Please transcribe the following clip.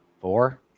four